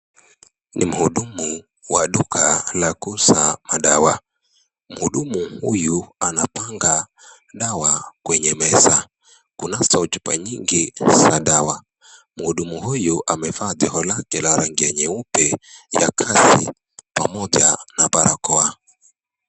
Ni muhudumu wa duka la kuuza madawa, muhudumu huyu anapanga dawa kwenye meza, kunazo chupa mingi za dawa, muhudumu huyu amevaa koti lake la rangi nyeupe pamoja na barakoa.